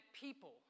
people